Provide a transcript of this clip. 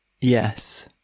Yes